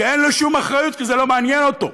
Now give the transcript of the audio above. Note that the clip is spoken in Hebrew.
שאין לו שום אחריות, כי זה לא מעניין אותו,